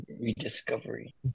rediscovery